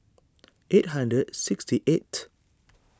eight hundred sixty eighth